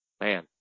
man